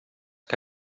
que